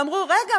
ואמרו: רגע,